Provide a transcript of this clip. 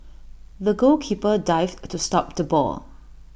the goalkeeper dived to stop the ball